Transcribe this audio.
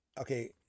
Okay